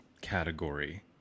category